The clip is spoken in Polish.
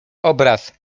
obraz